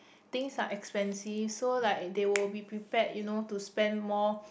things are expensive so like they will be prepared you know to spend more